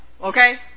Okay